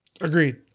Agreed